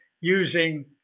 using